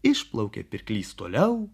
išplaukė pirklys toliau